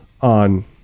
on